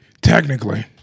Technically